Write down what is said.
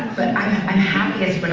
but i'm happiest but